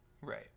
Right